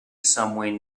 somewhere